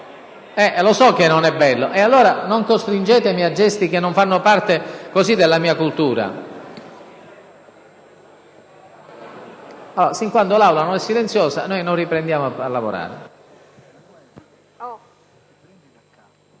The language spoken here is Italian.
Lo so che non è bello, allora non costringetemi a gesti che non fanno parte della mia cultura. Sin quando l'Aula non sarà silenziosa, noi non riprenderemo a lavorare.